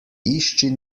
išči